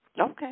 Okay